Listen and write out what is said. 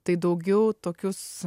tai daugiau tokius